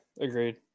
agreed